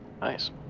Nice